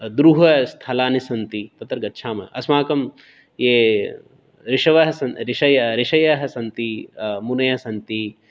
दुरूहस्थलानि सन्ति तत्र गच्छामः अस्माकं ये ऋषवः ऋषयः ऋषयः सन्ति मुनयः सन्ति